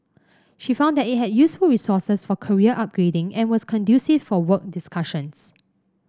she found that it had useful resources for career upgrading and was conducive for work discussions